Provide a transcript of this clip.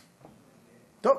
טוב,